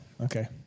Okay